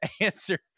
answer